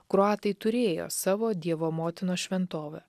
kroatai turėjo savo dievo motinos šventovę